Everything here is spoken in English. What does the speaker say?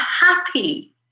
happy